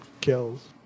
kills